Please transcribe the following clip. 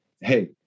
hey